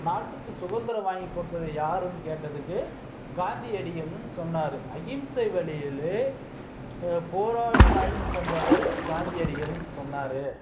நாட்டுக்கு சுதந்திரம் வாங்கி கொடுத்தது யாருன்னு கேட்டதுக்கு காந்தி அடிகள்ன்னு சொன்னார் அகிம்சை வழியிலேயே போராடி வாங்கி தந்தவர் காந்தி அடிகள்ன்னு சொன்னார்